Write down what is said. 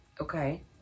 Okay